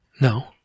No